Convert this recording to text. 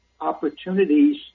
opportunities